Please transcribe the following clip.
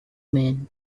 man